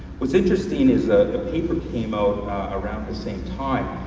what's interesting is a paper came out around the same time,